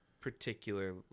particular